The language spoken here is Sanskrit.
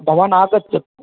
भवान् आगच्छतु